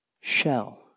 shell